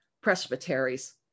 presbyteries